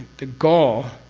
the goal.